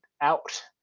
out